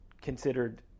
considered